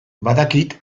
badakit